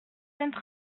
sainte